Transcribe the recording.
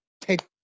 take